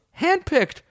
handpicked